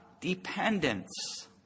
dependence